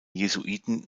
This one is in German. jesuiten